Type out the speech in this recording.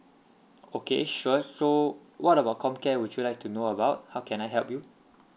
okay sure so what about comcare would you like to know about how can I help you